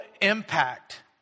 impact